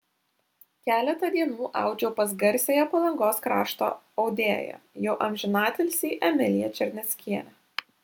keletą dienų audžiau pas garsiąją palangos krašto audėją jau amžinatilsį emiliją černeckienę